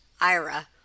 IRA